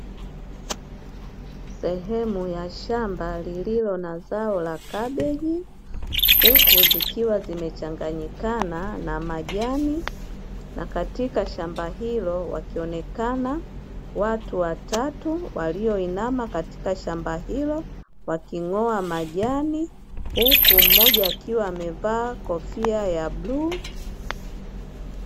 Sehemu ya shamba lililo na zao la kabeji huku zikiwa zimechanganyikana na majani na katika shamba hilo wakionekana watu watatu walioinama katika shamba hilo waking`oa majani huku mmoja akiwa amevaa kofia ya bluu.